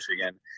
Michigan